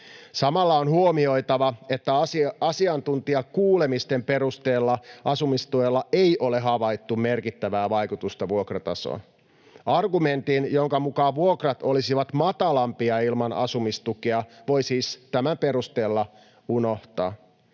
Samalla on huomioitava, että asiantuntijakuulemisten perusteella asumistuella ei ole havaittu merkittävää vaikutusta vuokratasoon. Argumentin, jonka mukaan vuokrat olisivat matalampia ilman asumistukea, voi siis tämän perusteella unohtaa.